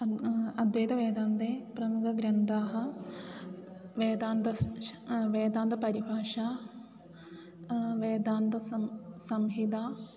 तद् अद्वैतवेदान्ते प्रमुखग्रन्थाः वेदान्तः वेदान्तपरिभाषा वेदान्तसंहिता